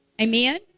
Amen